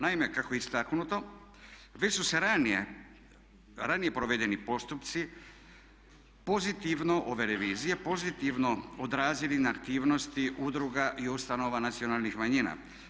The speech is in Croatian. Naime, kako je istaknuto, već su se raniji provedeni postupci, ove revizije, pozitivno odrazili na aktivnosti udruga i ustanova nacionalnih manjina.